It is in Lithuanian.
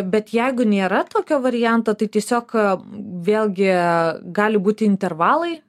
bet jeigu nėra tokio varianto tai tiesiog vėlgi gali būti intervalai